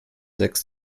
sechs